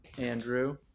Andrew